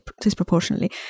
disproportionately